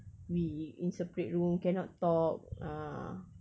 we in separate room cannot talk ah